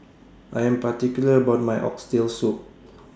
I Am particular about My Oxtail Soup